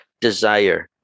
Desire